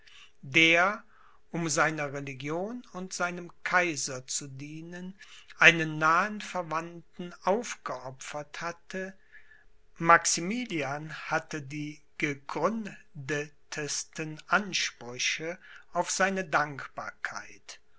der um seiner religion und seinem kaiser zu dienen einen nahen verwandten aufgeopfert hatte maximilian hatte die gegründetsten ansprüche auf seine dankbarkeit